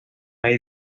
hay